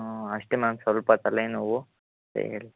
ಹಾಂ ಅಷ್ಟೆ ಮ್ಯಾಮ್ ಸ್ವಲ್ಪ ತಲೆನೋವು